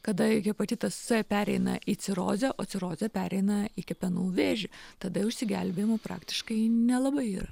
kada hepatitas c pereina į cirozę o cirozė pereina į kepenų vėžį tada jau išsigelbėjimo praktiškai nelabai yra